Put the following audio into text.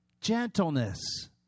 gentleness